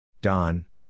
Don